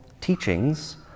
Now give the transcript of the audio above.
teachings